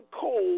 cold